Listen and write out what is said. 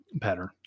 pattern